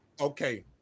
Okay